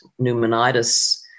pneumonitis